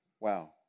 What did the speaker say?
wow